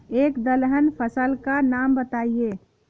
एक दलहन फसल का नाम बताइये